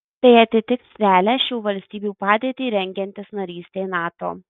tai atitiks realią šių valstybių padėtį rengiantis narystei nato